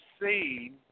see